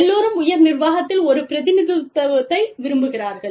எல்லோரும் உயர் நிர்வாகத்தில் ஒரு பிரதிநிதித்துவத்தை விரும்புகிறார்கள்